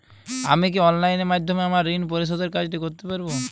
আমি কি অনলাইন মাধ্যমে আমার ঋণ পরিশোধের কাজটি করতে পারব?